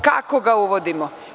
Kako ga uvodimo?